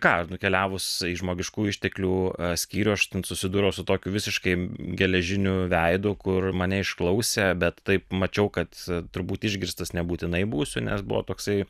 ką nukeliavus į žmogiškųjų išteklių skyrių aš ten susidūriau su tokiu visiškai geležiniu veidu kur mane išklausė bet taip mačiau kad turbūt išgirstas nebūtinai būsiu nes buvo toksai